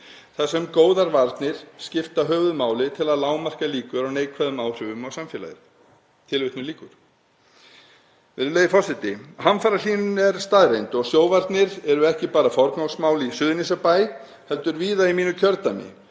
þar sem góðar varnir skipta höfuðmáli til að lágmarka líkur á neikvæðum áhrifum á samfélagið.“ Virðulegi forseti. Hamfarahlýnun er staðreynd og sjóvarnir eru ekki bara forgangsmál í Suðurnesjabæ heldur víða í mínu kjördæmi,